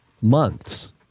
Months